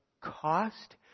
cost